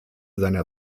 seiner